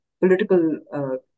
political